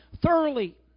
thoroughly